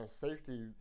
safety